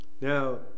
Now